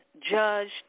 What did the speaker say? judged